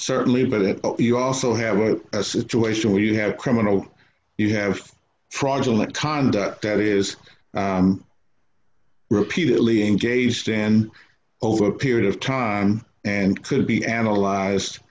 certainly but have you also have a situation where you have criminal you have fraudulent conduct that is repeatedly engaged in over a period of time and could be analyzed